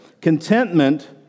Contentment